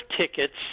tickets